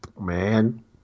Man